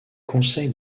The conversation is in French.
conseil